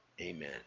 Amen